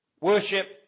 worship